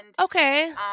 okay